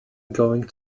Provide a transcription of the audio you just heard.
going